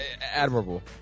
admirable